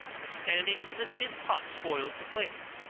as standing in the tin pot spoils the flavor.